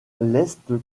leste